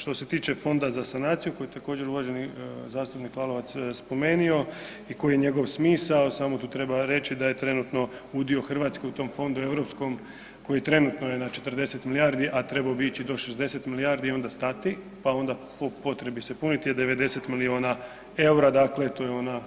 Što se tiče Fonda za sanaciju koji je također uvaženi zastupnik Lalovac spomenuo i koji je njegov smisao, samo tu treba reći da je trenutno udio Hrvatske u tom fondu europskom koji je trenutno na 40 milijardi, a trebao bi ići do 60 milijardi i onda stati, pa onda po potrebi se puniti je 90 milijuna eura, dakle to je ono